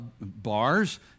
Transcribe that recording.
bars